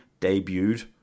debuted